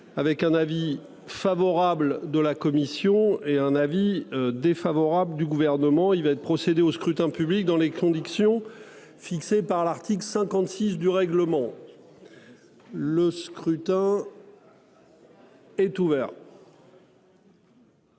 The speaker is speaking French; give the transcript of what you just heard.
avec un avis favorable de la commission et un avis défavorable du gouvernement il va être procédé au scrutin public dans les conditions fixées par l'article 56 du règlement. Le scrutin. Est ouvert.